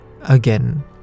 again